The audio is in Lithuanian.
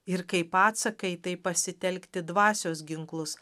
ir kaip atsaką į tai pasitelkti dvasios ginklus